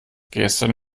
gestern